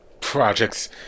projects